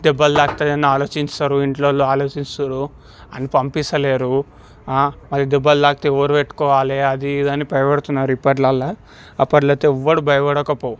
దెబ్బలు తాకుతాయని ఆలోచించరు ఇంట్లో వాళ్ళు ఆలోచిస్తారు వాడిని పంపిస్తలేరు మరి దెబ్బలు తాకితే ఎవరు పెట్టుకోవాలి అది ఇది అని భయవడుతున్నారు ఇప్పట్లో అప్పట్లో అయితే ఎవడూ భయపడకపోవు